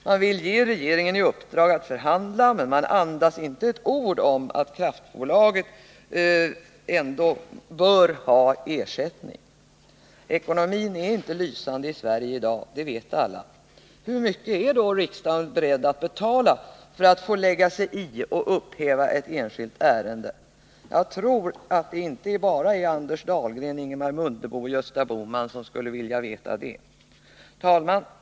Man vill ge regeringen i uppdrag att förhandla, men man andas inte ett ord om att kraftbolaget ändå bör ha ersättning. Ekonomin är inte lysande i Sverige i dag, det vet alla. Hur mycket är då riksdagen beredd att betala för att få lägga sig i och upphäva ett enskilt ärende? Jag tror att det inte bara är Anders Dahlgren, Ingemar Mundebo och Gösta Bohman som skulle vilja veta det. Herr talman!